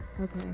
Okay